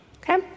okay